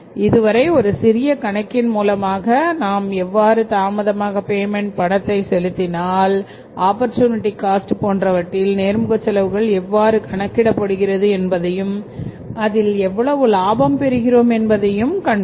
இதுவரை ஒரு சிறிய கணக்கின் மூலமாக நாம் எவ்வாறு தாமதமாக பேமென்ட் பணத்தை செலுத்தினால் ஆப்பர்சூனிட்டி காஸ்ட் போன்றவற்றில் நேர்முக செலவுகள் எவ்வாறு கணக்கிடப்படுகிறது என்பதையும் அதில் எவ்வளவு லாபம் பெறுகிறோம் என்பதையும் கண்டோம்